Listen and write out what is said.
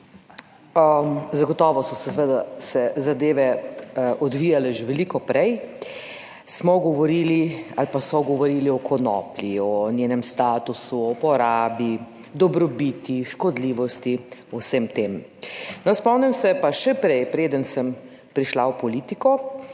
zagotovo so, seveda se zadeve odvijale že veliko prej, smo govorili ali pa so govorili o konoplji, o njenem statusu, porabi, dobrobiti, škodljivosti, vsem tem. Spomnim se pa še prej, preden sem prišla v politiko,